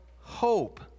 hope